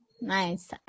Nice